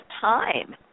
time